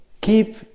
keep